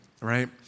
right